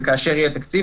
וכאשר יהיה תקציב,